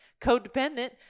codependent